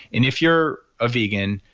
and if you're a vegan,